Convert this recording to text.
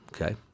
okay